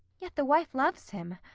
yet the wife loves him!